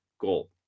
goal